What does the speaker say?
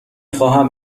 خواهم